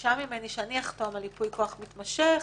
ביקשה ממני שאני אחתום על ייפוי כוח מתמשך